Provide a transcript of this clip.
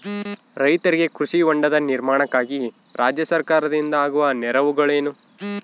ರೈತರಿಗೆ ಕೃಷಿ ಹೊಂಡದ ನಿರ್ಮಾಣಕ್ಕಾಗಿ ರಾಜ್ಯ ಸರ್ಕಾರದಿಂದ ಆಗುವ ನೆರವುಗಳೇನು?